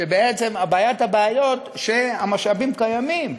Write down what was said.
שבעצם בעיית-הבעיות היא שהמשאבים קיימים,